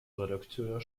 redakteur